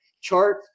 chart